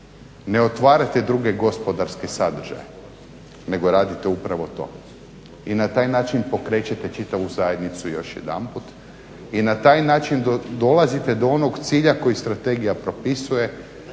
Ne otvarate druge gospodarske sadržaje nego radite upravo to. I na taj način pokrećete čitavu zajednicu još jedanput. I na taj način dolazite do onog cilja kojeg strategija propisuje